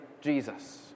Jesus